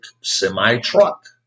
semi-truck